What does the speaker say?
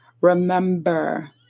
remember